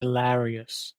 hilarious